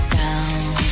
down